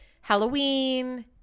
Halloween